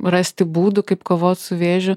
rasti būdų kaip kovot su vėžiu